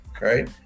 right